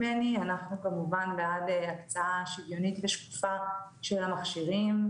כל פעולה שמתבצעת על ידי המכשיר הזה,